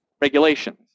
regulations